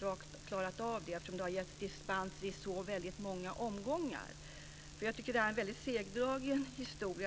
har klarat av det? Det har ju nämligen getts dispenser i så väldigt många omgångar. Jag tycker att detta är en mycket segdragen historia.